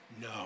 No